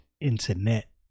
internet